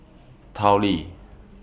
Tao Li